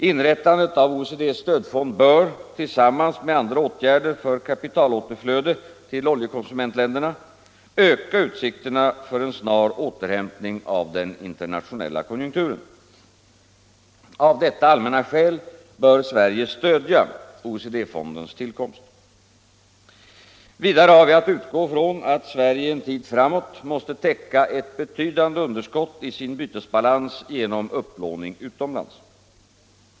Inrättandet av OECD:s stödfond bör, tillsammans med andra åtgärder för kapitalåterflöde till oljekonsumentländerna, öka utsikterna för en snar återhämtning av den internationella konjunkturen. Av detta allmänna skäl bör Sverige stödja OECD-fondens tillkomst. Vidare har vi att utgå från att Sverige en tid framåt måste täcka ett betydande underskott i sin bytesbalans genom upplåning utomlands.